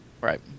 Right